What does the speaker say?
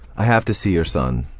i have to see your son,